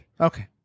Okay